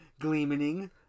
Gleaming